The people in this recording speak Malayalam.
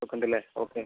സ്റ്റോക്ക് ഉണ്ടല്ലേ ഓക്കെ